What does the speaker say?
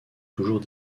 toujours